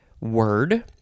word